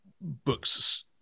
books